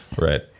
right